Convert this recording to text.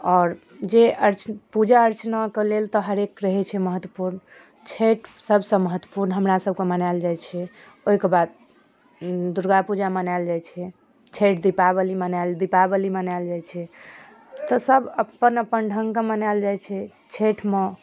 आओर जे अर्च पूजा अर्चनाके लेल हरेक रहै छै महत्वपूर्ण छठि सबसँ महत्वपूर्ण हमरासबके मनायल जाइ छै ओहिके बाद दुर्गापूजा मनायल जाइ छै छठि दीपावली मनायल दीपावली मनायल जाइ छै तऽ सब अपन अपन ढंगके मनायल जाइ छै छठिमे